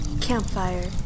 Campfire